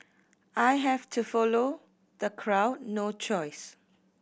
I have to follow the crowd no choice